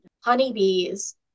honeybees